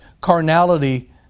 carnality